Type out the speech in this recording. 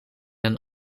een